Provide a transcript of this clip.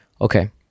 Okay